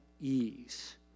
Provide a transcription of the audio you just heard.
ease